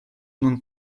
nun